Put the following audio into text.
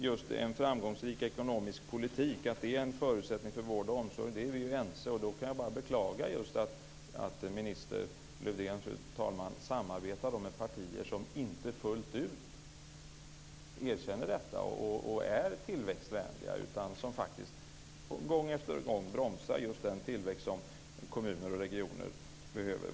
Att en framgångsrik ekonomisk politik är en förutsättning för vård och omsorg är vi ju ense om, och då kan jag, fru talman, bara beklaga att minister Lövdén samarbetar med partier som inte fullt ut erkänner detta och är tillväxtvänliga utan som faktiskt gång efter gång bromsar just den tillväxt som kommuner och regioner behöver.